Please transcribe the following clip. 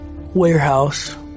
warehouse